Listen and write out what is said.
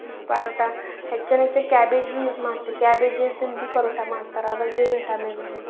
ಪರೋಟಾ ಹೆಚ್ಚಾನು ಹೆಚ್ಚಾಗಿ ಕ್ಯಾಬೇಜ್ ಭಿ ಯೂಸ್ ಮಾಡ್ತೀವಿ ಕ್ಯಾಬೇಜ್ದಿಂದ ಭಿ ಪರೋಟಾ ಮಾಡ್ತಾರೆ ಅದ್ರಲ್ಲಿ ಭಿ ವಿಟಮಿನ್ಸ್